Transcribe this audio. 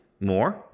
more